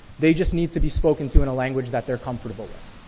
they just need to be spoken to in a language that they're comfortable with.